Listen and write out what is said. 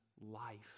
life